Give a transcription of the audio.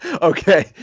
Okay